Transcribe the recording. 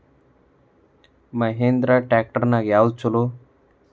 Mahindra tractor ನ್ಯಾಗ ಯಾವ್ದ ಛಲೋ?